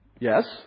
Yes